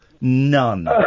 None